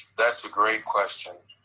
that's a great question.